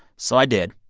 so i did,